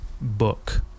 book